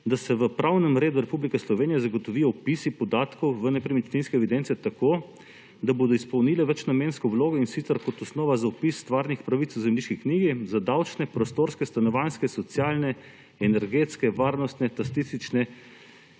da se v pravnem redu Republike Slovenije zagotovijo vpisi podatkov v nepremičninske evidence tako, da bodo izpolnile večnamensko vlogo, in sicer kot osnova za vpis stvarnih pravic v zemljiški knjigi za davčne, prostorske, stanovanjske, socialne, energetske, varnostne, statistične